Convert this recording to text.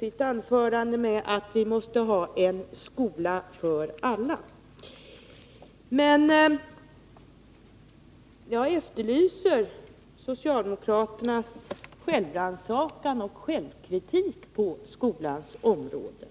sitt anförande med att säga att vi måste ha en skola för alla. Men jag efterlyser socialdemokraternas självrannsakan och självkritik på skolans område.